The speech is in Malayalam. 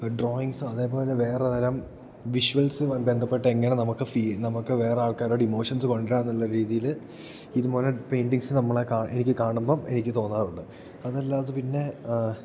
ഡ്രോയിങ്സ് അതേപോലെ വേറെ തരം വിഷ്വൽസ് ബന്ധപ്പെട്ട് എങ്ങനെ നമക്ക് നമുക്ക് വേറെ ആൾക്കാരുടെ ഇമോഷൻസ് കൊണ്ടുവരാം എന്നുള്ള രീതിയിൽ ഇതുപോലെ പെയിൻറിങ്സ് നമ്മളെ എനിക്ക് കാണുമ്പം എനിക്ക് തോന്നാറുണ്ട് അതല്ലാത പിന്നെ